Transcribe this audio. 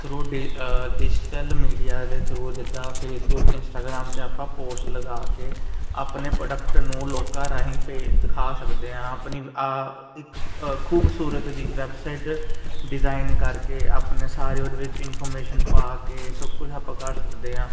throw the digital media ਦੇ through ਜਿੱਦਾਂ Facebook Instagram 'ਤੇ ਆਪਾਂ ਪੋਸਟ ਲਗਾ ਕੇ ਆਪਣੇ ਪ੍ਰੋਡਕਟ ਨੂੰ ਲੋਕਾਂ ਰਾਹੀਂ ਭੇ ਦਿਖਾ ਸਕਦੇ ਹਾਂ ਆਪਣੀ ਆਹ ਇੱਕ ਖੂਬਸੂਰਤ ਦੀ ਵੈਬਸਾਈਟ ਡਿਜ਼ਾਇਨ ਕਰਕੇ ਆਪਣੇ ਸਾਰੇ ਉਹਦੇ ਵਿੱਚ ਇਨਫੋਰਮੇਸ਼ਨ ਪਾ ਕੇ ਸਭ ਕੁਝ ਆਪਾਂ ਕਰ ਸਕਦੇ ਹਾਂ